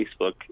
Facebook